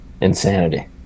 insanity